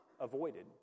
avoided